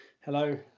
hello